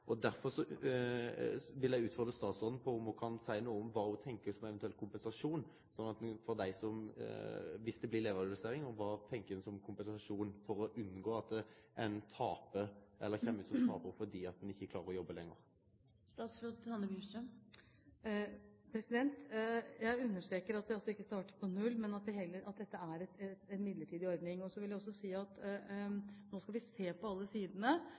vil eg utfordre statsråden på om ho kan seie noko om kva ho tenkjer som eventuell kompensasjon – dersom det blir levealdersjustering – for å unngå at ein kjem ut som tapar fordi at ein ikkje klarer å arbeide lenger. Jeg understreker at det altså ikke starter på null, men at dette er en midlertidig ordning. Nå skal vi se på alle sidene. Jeg mener det er feil av meg nå